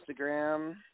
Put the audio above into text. Instagram